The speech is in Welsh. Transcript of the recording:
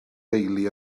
deulu